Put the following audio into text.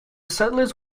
settlers